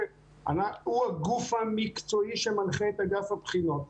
והוא הגוף המקצועי שמנחה את אגף הבחינות.